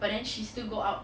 but then she still go out